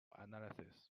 analysis